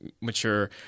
mature